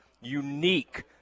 unique